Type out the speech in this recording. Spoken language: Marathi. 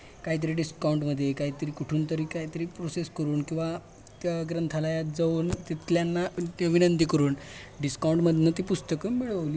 कायतरी डिस्काऊंटमध्ये काहीतरी कुठून तरी काहीतरी प्रोसेस करून किंवा त्या ग्रंथालयात जाऊन तिथल्यांना अ विनंती करून डिस्काउंटमधनं ती पुस्तकं मिळवली